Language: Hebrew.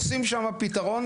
עושים שם פתרון,